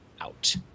out